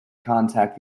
contact